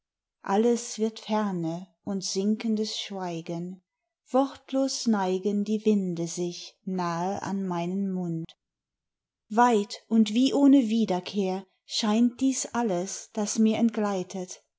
alles wird ferne und sinkendes schweigen wortlos neigen die winde sich nahe an meinen mund weit und wie ohne wiederkehr scheint dies alles das mir entgleitet